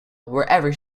wherever